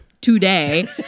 today